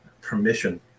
permission